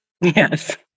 Yes